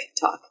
talk